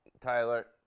Tyler